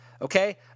Okay